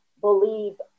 believe